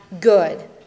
good